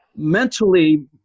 mentally